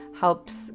helps